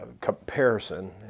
comparison